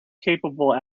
capable